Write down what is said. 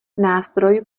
nástroj